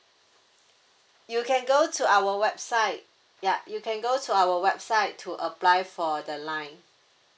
you can go to our website yup you can go to our website to apply for the line